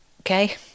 okay